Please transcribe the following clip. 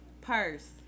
Purse